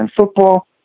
football